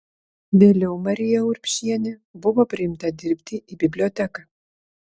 vėliau marija urbšienė buvo priimta dirbti į biblioteką